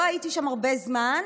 לא הייתי שם הרבה זמן,